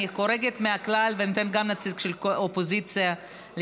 אני חורגת מהכלל ואני נותנת גם לנציג של האופוזיציה להתנגד.